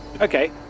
Okay